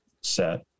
set